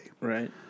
right